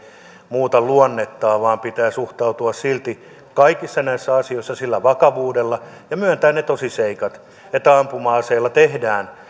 muuta luonnettaan vaan pitää suhtautua silti kaikissa näissä asioissa sillä vakavuudella ja myöntää ne tosiseikat että ampuma aseella tehdään